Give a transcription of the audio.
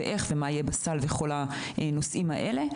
מה יהיה בסל וכל הנושאים האלה.